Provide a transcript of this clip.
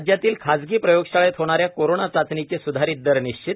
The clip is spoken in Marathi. राज्यातील खाजगी प्रयोगशाळेत होणाऱ्या कोरोना चाचण्यासाठीचे सुधारित दर निश्चित